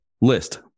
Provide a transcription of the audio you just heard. list